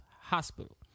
Hospital